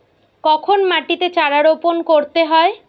কখন মাটিতে চারা রোপণ করতে হয়?